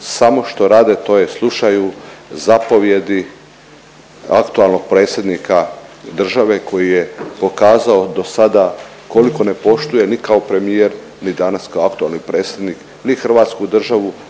samo što rade to je slušaju zapovjedi aktualnog predsjednika države koji je dokazao dosada koliko ne poštuje ni kao premijer ni danas kao aktualni predsjednik ni hrvatsku državu,